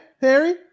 Harry